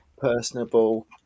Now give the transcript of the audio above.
personable